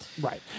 Right